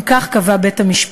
אם כך קבע בית-המשפט.